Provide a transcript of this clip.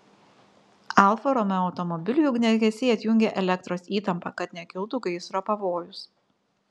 alfa romeo automobiliui ugniagesiai atjungė elektros įtampą kad nekiltų gaisro pavojus